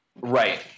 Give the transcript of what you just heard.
Right